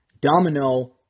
Domino